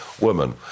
woman